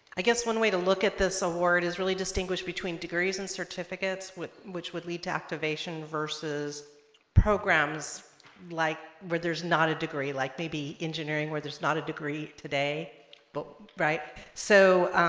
i guess one way to look at this award is really distinguished between degrees and certificates which would lead to activation versus programs like where there's not a degree like maybe engineering where there's not a degree today but right so